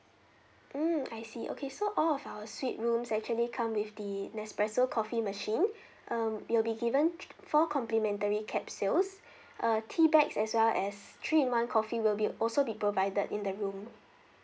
mm I see okay so all of our suite rooms actually come with the Nespresso coffee machine um you will be given four complimentary capsules uh tea bags as well as three in one coffee will be also be provided in the room